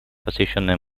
посвященная